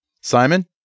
Simon